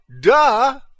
Duh